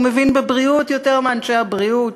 הוא מבין בבריאות יותר מאנשי הבריאות.